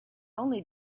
only